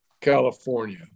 California